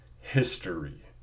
history